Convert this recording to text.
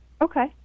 Okay